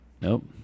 Nope